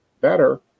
Better